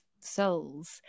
souls